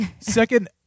Second